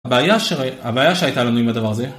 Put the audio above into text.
הבעיה שהייתה לנו עם הדבר הזה